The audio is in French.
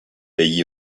pays